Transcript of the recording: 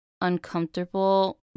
uncomfortable